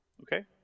Okay